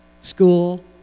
school